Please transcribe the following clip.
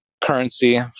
Currency